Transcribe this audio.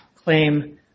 claim